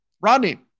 Rodney